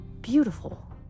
Beautiful